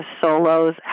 solos